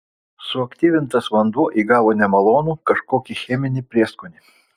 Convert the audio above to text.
suaktyvintas vanduo įgavo nemalonų kažkokį cheminį prieskonį